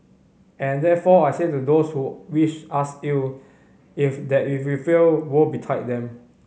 and therefore I say to those who wish us ill if that if we fail woe betide them